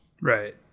right